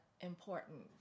important